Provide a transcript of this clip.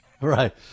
Right